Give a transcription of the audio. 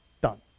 Done